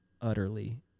utterly